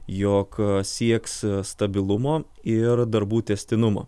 jog sieks stabilumo ir darbų tęstinumo